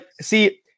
see